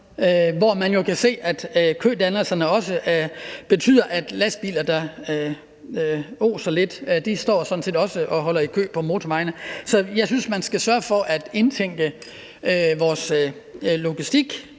hvor man jo kan se, at kødannelserne også betyder, at de lastbiler, der oser lidt, sådan set også oser, når de holder i kø på motorvejene. Så jeg synes, man skal sørge for at indtænke vores logistik.